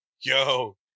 Yo